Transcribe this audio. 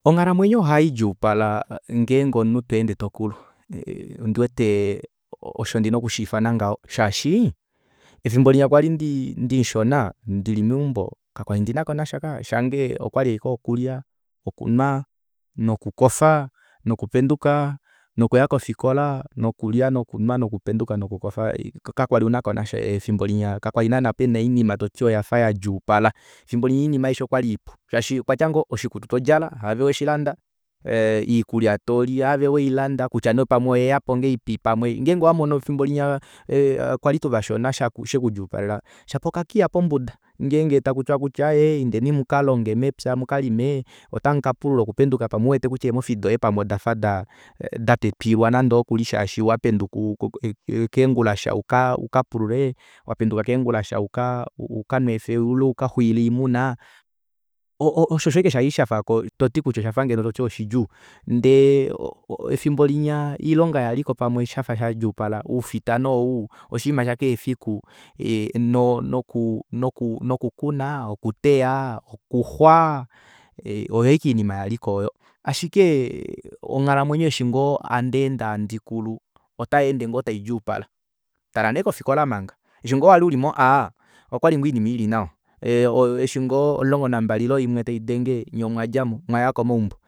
Onghalamwenyo ohaidjuupala ngenge omunhu tweende tokulu ondiwete osho ndina okushiifana ngaho shaashi efimbo linya kwali ndimushona ndili eumbo kakwali ndina konasha kaya shange okwali ashike okulya okunwa nokukofa nokupenduka nokuya kofikola nokulya, nokunwa nokupenduka nokaya kofikola kakwali naana pena oinima ngeno toti oyafa yandjuupala efimbo linya oinima aishe okwali ipu shaashi okwatya ngoo oshikutu todjala haave weshilanda oikulya toli haave wilanda kutya nee pamwwe oyeyapo ngahelipi pamwe ngenge owamono efimbo linya kwali tuvashona shekudjuupalela shapo okakiya pombuda ngenge takutiwa kutya aaye indeni mukalonge mepya mukalime otamukapulula pamwe uwete kutya eemofi doye odafa datwetwilwa nande ookuli shaashi wapenduka keengulasha ukapulule wapenduka keengulasha ukanwefe ile ukaxwiile oimuna osho osho ashike shali shafako toti ngeno kutya oshafa ngeno shidjuu ndee efimbo linya oilonga yaliko shafa shadjuupala oufita nee ou oshima shakeshe fiku noku noku nokukuna nokuteya okuxawa oyo ashike oinima yaliko ooyo ashiek onghalamwenyo eshi ngoo handeende handikulu otayeende taidjuupala tala nee kofikola manga eshi ngoo wali uli mo a okwali ngoo oinima ili nawa eshi ngoo omulongo nambali ile oimwe taidenge nyee omwadjamo omwaya komaumbo